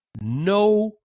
no